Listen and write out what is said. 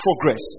progress